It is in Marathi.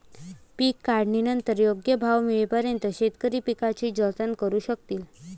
पीक काढणीनंतर योग्य भाव मिळेपर्यंत शेतकरी पिकाचे जतन करू शकतील